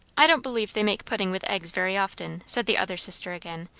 i don't believe they make puddings with eggs very often, said the other sister again.